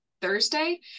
thursday